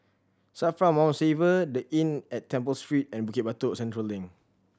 SAFRA Mount Faber The Inn at Temple Street and Bukit Batok Central Link